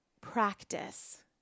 practice